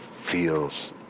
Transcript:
feels